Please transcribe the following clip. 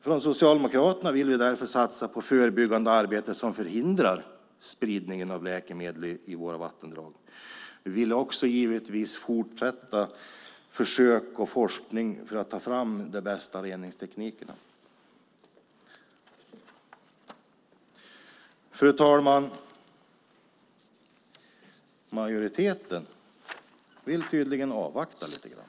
Från Socialdemokraterna vill vi därför satsa på förebyggande arbete som förhindrar spridningen av läkemedel i våra vattendrag. Vi vill givetvis också fortsätta med försök och forskning för att ta fram de bästa reningsteknikerna. Fru talman! Majoriteten vill tydligen avvakta lite grann.